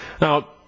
Now